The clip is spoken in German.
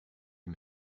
ihm